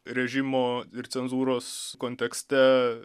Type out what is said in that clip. režimo ir cenzūros kontekste